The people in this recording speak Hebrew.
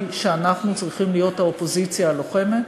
היא שאנחנו צריכים להיות האופוזיציה הלוחמת.